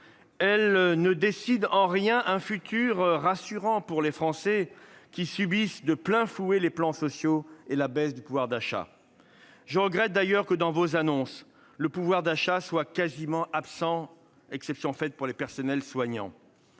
Elles ne dessinent en rien un futur rassurant pour les Français, qui subissent de plein fouet les plans sociaux et la baisse du pouvoir d'achat. Je regrette d'ailleurs que, dans vos annonces, le pouvoir d'achat soit quasiment absent, exception faite pour les personnels soignants.